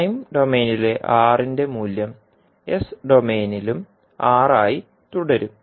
time ഡൊമെയ്നിലെ R ന്റെ മൂല്യം എസ് ഡൊമെയ്നിലും R ആയി തുടരും